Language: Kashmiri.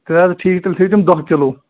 تُلِو حظ ٹھیٖک تیٚلہِ تھٲیِو تِم دَہ کِلوٗ